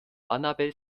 annabel